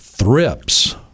Thrips